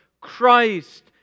Christ